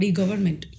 government